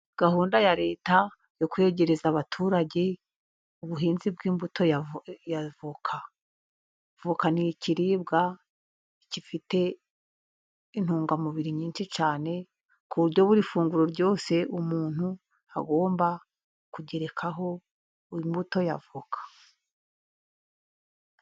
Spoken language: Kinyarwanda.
Gahunda ya leta yo kwegereza abaturage ubuhinzi bw'imbuto ya voka. Voka ni ikiribwa gifite intungamubiri nyinshi cyane, ku buryo buri funguro ryose umuntu agomba kugerekaho, imbuto ya avoka.